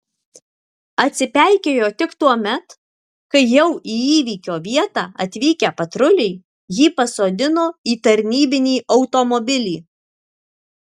atsipeikėjo tik tuomet kai jau į įvykio vietą atvykę patruliai jį pasodino į tarnybinį automobilį